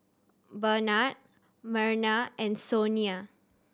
Barnard Merna and Sonia